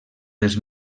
dels